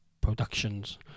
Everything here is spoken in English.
productions